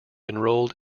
enrolled